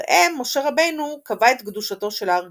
לדבריהם משה רבנו קבע את קדושתו של הר גריזים,